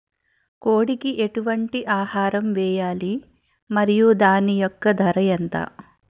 కోడి కి ఎటువంటి ఆహారం వేయాలి? మరియు దాని యెక్క ధర ఎంత?